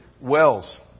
Wells